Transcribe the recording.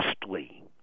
justly